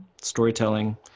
storytelling